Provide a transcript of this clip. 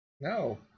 No